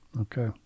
Okay